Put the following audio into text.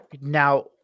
now